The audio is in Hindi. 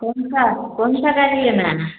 कौन सा कौन सा गाड़ी लेना है